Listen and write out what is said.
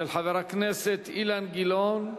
של חבר הכנסת אילן גילאון.